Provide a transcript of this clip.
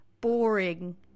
boring